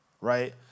Right